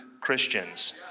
Christians